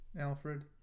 alfred